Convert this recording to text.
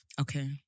Okay